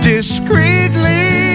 discreetly